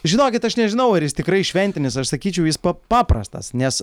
žinokit aš nežinau ar jis tikrai šventinis aš sakyčiau jis pap paprastas nes